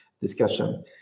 discussion